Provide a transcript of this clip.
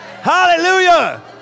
Hallelujah